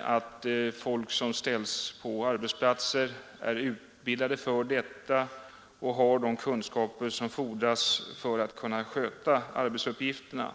att folk som anställs på arbetsplatser är utbildade för arbetet i fråga och har de kunskaper som fordras för att kunna sköta arbetsuppgifterna.